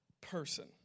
person